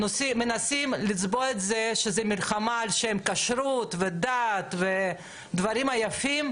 מנסים לצבוע את זה שזה מלחמה על שם כשרות ודת ודברים היפים.